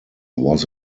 was